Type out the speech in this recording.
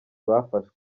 bafashwe